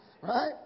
Right